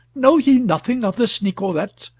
know ye nothing of this nicolete,